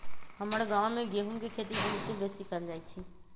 हमर गांव में गेहूम के खेती बहुते बेशी कएल जाइ छइ